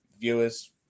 viewers